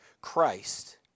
Christ